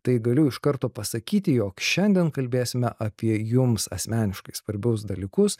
tai galiu iš karto pasakyti jog šiandien kalbėsime apie jums asmeniškai svarbius dalykus